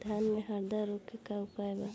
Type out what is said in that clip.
धान में हरदा रोग के का उपाय बा?